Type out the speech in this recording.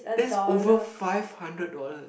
that's over five hundred dollar